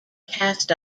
cast